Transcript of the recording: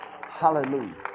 Hallelujah